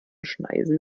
schneisen